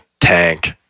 tank